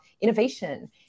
innovation